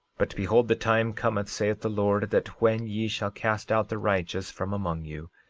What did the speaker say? but behold, the time cometh, saith the lord, that when ye shall cast out the righteous from among you,